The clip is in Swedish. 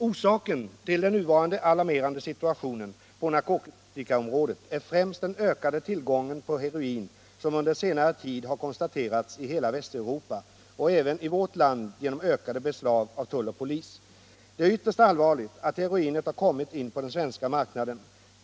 Orsaken till den nuvarande alarmerande situationen på narkotikaområdet är främst den ökade tillgång på heroin som under senare tid har konstaterats i hela Västeuropa och även i vårt land genom ökade beslag av tull och polis. Det är ytterst allvarligt att heroinet har kommit in på den svenska marknaden.